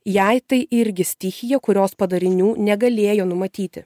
jei tai irgi stichija kurios padarinių negalėjo numatyti